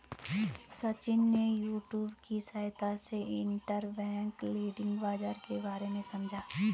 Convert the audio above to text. सचिन ने यूट्यूब की सहायता से इंटरबैंक लैंडिंग बाजार के बारे में समझा